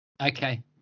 Okay